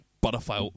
butterfly